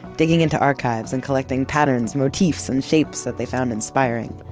digging into archives and collecting patterns, motifs, and shapes that they found inspiring.